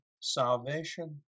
salvation